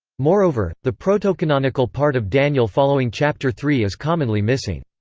moreover, the protocanonical part of daniel following chapter three is commonly missing.